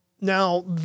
Now